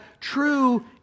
true